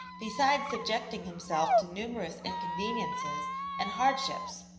besides subjecting himself to numerous inconveniences and hardships,